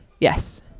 Yes